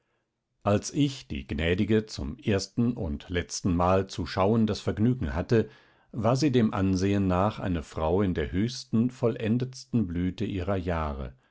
als ich die gnädige zum ersten und letztenmal zu schauen das vergnügen hatte war sie dem ansehen nach eine frau in der höchsten vollendetsten blüte ihrer jahre